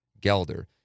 Gelder